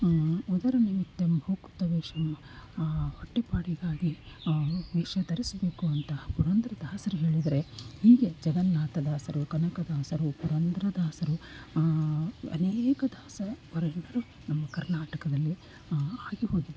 ಉದರ ನಿಮಿತ್ತಂ ಬಹುಕೃತ ವೇಷಮ್ ಹೊಟ್ಟೆ ಪಾಡಿಗಾಗಿ ವೇಷ ಧರಿಸಬೇಕು ಅಂತ ಪುರಂದರದಾಸರು ಹೇಳಿದರೆ ಹೀಗೆ ಜಗನ್ನಾತದಾಸರು ಕನಕದಾಸರು ಪುರಂದರದಾಸರು ಅನೇಕ ದಾಸ ವರೇಣ್ಯರು ನಮ್ಮ ಕರ್ನಾಕಟದಲ್ಲಿ ಆಗಿ ಹೋಗಿದ್ದಾರೆ